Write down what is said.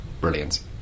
brilliant